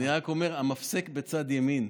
אני רק אומר שהמפסק בצד ימין,